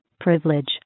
Privilege